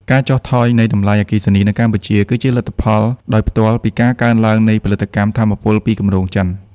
ការចុះថយនៃតម្លៃអគ្គិសនីនៅកម្ពុជា គឺជាលទ្ធផលដោយផ្ទាល់ពីការកើនឡើងនៃផលិតកម្មថាមពលពីគម្រោងចិន។